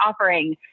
offering